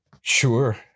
Sure